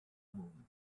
moon